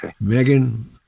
Megan